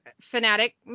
fanatic